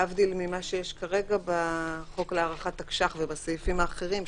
להבדיל ממה שיש כרגע בחוק להארכת תקש"ח ובסעיפים האחרים,